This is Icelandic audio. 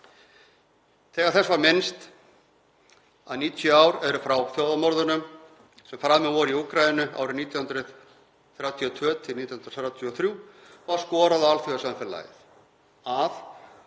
Þegar þess var minnst að 90 ár eru frá þjóðarmorðunum sem framin voru í Úkraínu árið 1932–1933 var skorað á alþjóðasamfélagið að